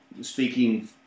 speaking